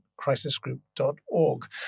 crisisgroup.org